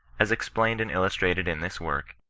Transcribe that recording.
as explained and illustrated in this work,